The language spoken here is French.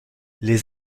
les